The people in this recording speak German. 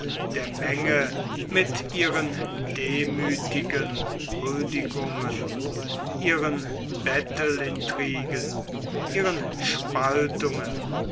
der menge mit ihren demütigen huldigungen ihren bettelintrigen ihren spaltungen